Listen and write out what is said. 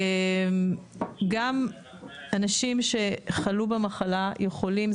גם אנשים שחלו במחלה יכולים להחלים,